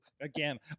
Again